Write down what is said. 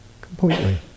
Completely